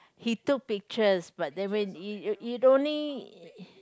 he took pictures but then it it only